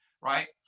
Right